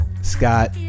Scott